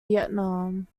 vietnam